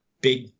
big